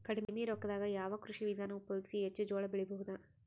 ಕಡಿಮಿ ರೊಕ್ಕದಾಗ ಯಾವ ಕೃಷಿ ವಿಧಾನ ಉಪಯೋಗಿಸಿ ಹೆಚ್ಚ ಜೋಳ ಬೆಳಿ ಬಹುದ?